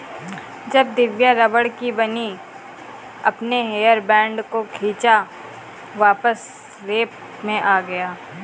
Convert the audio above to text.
जब दिव्या रबड़ की बनी अपने हेयर बैंड को खींचा वापस शेप में आ गया